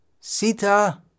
Sita